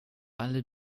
alle